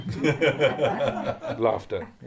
Laughter